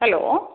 hello